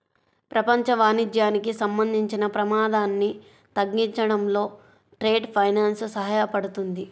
ప్రపంచ వాణిజ్యానికి సంబంధించిన ప్రమాదాన్ని తగ్గించడంలో ట్రేడ్ ఫైనాన్స్ సహాయపడుతుంది